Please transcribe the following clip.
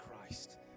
Christ